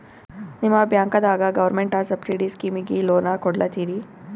ನಿಮ ಬ್ಯಾಂಕದಾಗ government subsidy ಸ್ಕೀಮಿಗಿ ಲೊನ ಕೊಡ್ಲತ್ತೀರಿ?